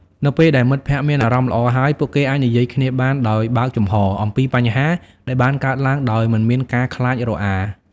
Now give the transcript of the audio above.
នៅពេលដែលមិត្តភក្តិមានអារម្មណ៍ល្អហើយ ពួកគេអាចនិយាយគ្នាបានដោយបើកចំហរអំពីបញ្ហាដែលបានកើតឡើងដោយមិនមានការខ្លាចរអា។